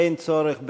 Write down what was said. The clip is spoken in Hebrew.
אין צורך בהצבעה.